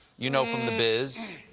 you know, from the business.